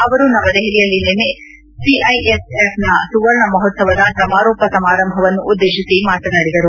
ಅವರು ನವದೆಹಲಿಯಲ್ಲಿ ನಿನ್ನೆ ಸಿಐಎಸ್ಎಫ್ನ ಸುವರ್ಣ ಮಹೋತ್ಸವದ ಸಮಾರೋಪ ಸಮಾರಂಭವನ್ನು ಉದ್ದೇಶಿಸಿ ಮಾತನಾಡಿದರು